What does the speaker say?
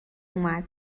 اومد